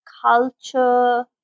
culture